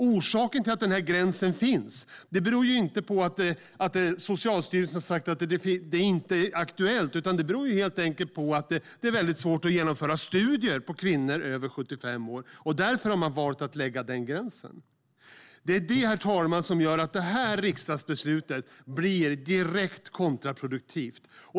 Orsaken till gränsen är inte att Socialstyrelsen har sagt att det inte är aktuellt utan att det är svårt att genomföra studier på kvinnor över 75 år. Därför har man valt att sätta denna gräns. Herr talman! Detta riksdagsbeslut blir direkt kontraproduktivt.